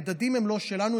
המדדים הם לא שלנו,